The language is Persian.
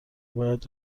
باید